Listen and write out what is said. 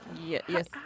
Yes